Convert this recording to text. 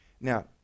Now